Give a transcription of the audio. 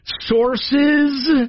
sources